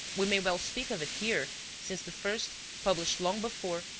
we may well speak of it here since the first, published long before,